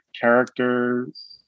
characters